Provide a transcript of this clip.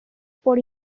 por